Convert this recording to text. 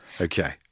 Okay